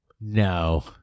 No